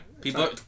people